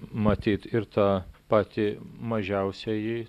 matyt ir tą patį mažiausiąjį